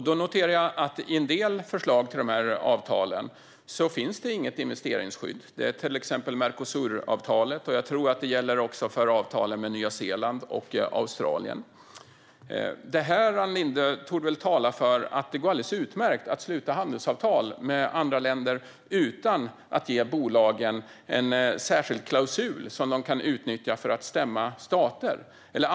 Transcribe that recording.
Jag noterar att det i en del förslag till avtal inte finns något investeringsskydd. Det gäller till exempel Mercosuravtalet, och jag tror att det också gäller avtalen med Nya Zeeland och Australien. Det torde tala för, Ann Linde, att det går alldeles utmärkt att sluta handelsavtal med andra länder utan att ge bolagen en särskild klausul som de kan utnyttja för att stämma stater.